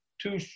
two